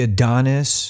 Adonis